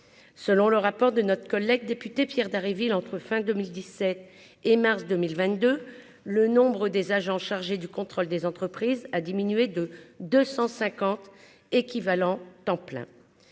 selon le rapport de notre collègue député Pierre Dharréville entre fin 2017 et mars 2022 le nombre des agents chargés du contrôle des entreprises a diminué de 250 équivalents temps plein